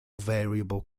variable